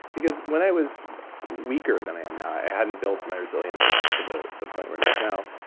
because when i was weaker than i am now, i hadn't built my resilience up to the the point where it is now,